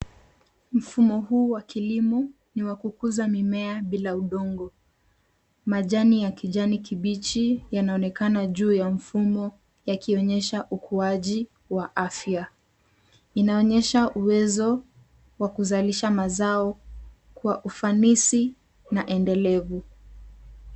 Mfumo huu wa kilimo ni wa kukuuza mimea bila udongo. Majani ya kijani kibichi yanaonekana juu ya mfumo yakionyesha ukuaji wa afya. Inaonyesha uwezo wa kuzalisha mazao kwa ufanisi na endelevu.